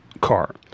car